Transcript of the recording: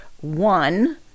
one